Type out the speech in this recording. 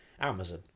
Amazon